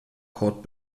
court